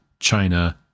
China